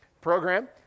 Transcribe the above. program